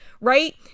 right